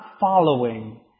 following